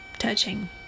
touching